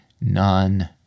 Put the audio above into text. none